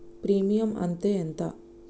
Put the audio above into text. Premium అత్తే ఎంత?